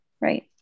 right